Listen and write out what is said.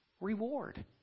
reward